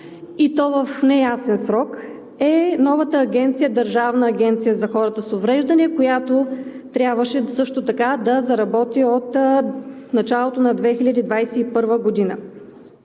и то в неясен срок, е новата Държавна агенция за хората с увреждания, която трябваше също така да заработи от началото на 2021 г.